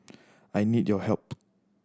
I need your help